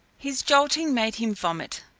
his jolting made him vomit,